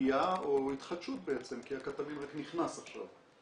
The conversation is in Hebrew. עלייה או התחדשות בעצם, כי הקטמין רק נכנס עכשיו.